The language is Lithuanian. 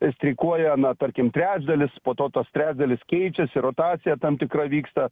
streikuoja na tarkim trečdalis po to tas trečdalis keičiasi rotacija tam tikra vyksta